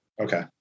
Okay